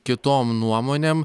kitom nuomonėm